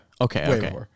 Okay